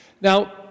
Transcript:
Now